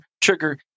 trigger